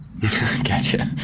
Gotcha